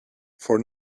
for